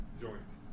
joints